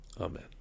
Amen